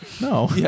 no